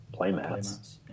playmats